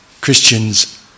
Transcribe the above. Christians